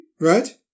right